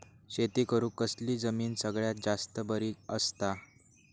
शेती करुक कसली जमीन सगळ्यात जास्त बरी असता?